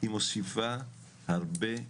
היא מוסיפה הרבה כסף,